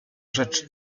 rzecz